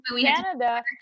Canada